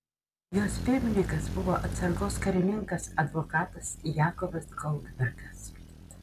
jos pirmininkas buvo atsargos karininkas advokatas jakovas goldbergas